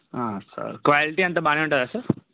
sir quality అంతా బాగానే ఉంటుందా సార్